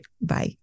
Bye